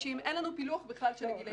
אין לנו בכלל פילוח של הגילאים האלה.